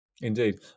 Indeed